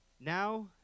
Now